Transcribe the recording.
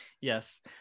Yes